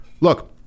look